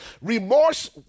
remorse